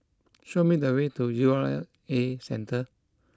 show me the way to U R A Centre